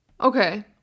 Okay